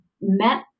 met